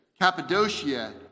Cappadocia